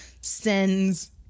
sends